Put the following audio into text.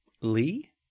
Lee